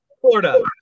Florida